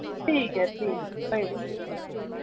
ठीक ऐ ठीक कोई गल्ल नी